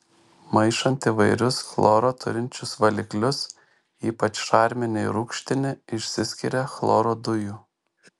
maišant įvairius chloro turinčius valiklius ypač šarminį ir rūgštinį išsiskiria chloro dujų